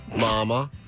Mama